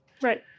right